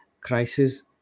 crisis